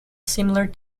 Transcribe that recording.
similar